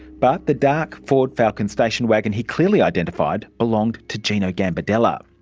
but the dark ford falcon station wagon he clearly identified belonged to gino gambardella.